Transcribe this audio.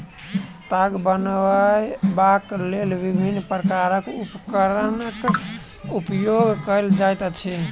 ताग बनयबाक लेल विभिन्न प्रकारक उपकरणक उपयोग कयल जाइत अछि